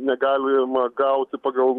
negalima gauti pagal